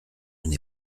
n’ai